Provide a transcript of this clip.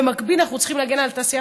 במקביל אנחנו צריכים להגן על התעשייה,